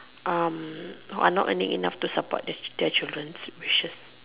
who are not earning enough to support their their children wishes